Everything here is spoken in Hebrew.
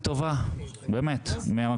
אתם לא ככה, זה לא פה היום.